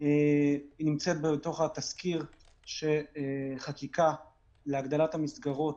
נמצאת בתוך התסקיר של חקיקה להגדלת המסגרות